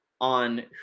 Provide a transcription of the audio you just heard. on